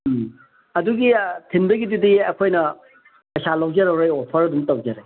ꯎꯝ ꯑꯗꯨꯒꯤ ꯊꯤꯟꯕꯒꯤꯗꯨꯗꯤ ꯑꯩꯈꯣꯏꯅ ꯄꯩꯁꯥ ꯂꯧꯖꯔꯔꯣꯏ ꯑꯣꯐꯔ ꯑꯗꯨꯝ ꯇꯧꯖꯔꯦ